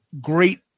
great